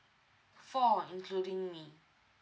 four including me